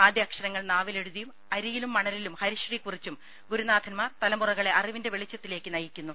ആദ്യാക്ഷരങ്ങൾ നാവിലെഴുതിയും അരിയിലും മണലിലും ഹരിശ്രീ കുറിച്ചും ഗുരുനാഥൻമാർ തലമുറകളെ അറിവിന്റെ വെളിച്ചത്തിലേക്ക് നയിക്കുന്നു